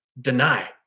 Deny